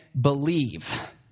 Believe